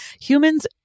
humans